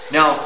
Now